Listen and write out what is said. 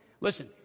Listen